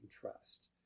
trust